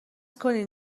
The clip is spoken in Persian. کنین